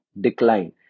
decline